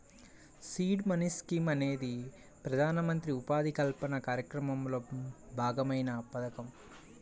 seed money scheme అనేది ప్రధానమంత్రి ఉపాధి కల్పన కార్యక్రమంలో భాగమైన పథకం